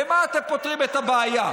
במה אתם פותרים את הבעיה?